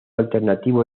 alternativo